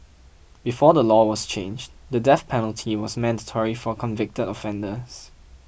before the law was changed the death penalty was mandatory for convicted offenders